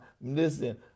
listen